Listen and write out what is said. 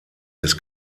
des